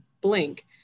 blink